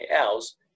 else